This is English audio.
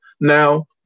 Now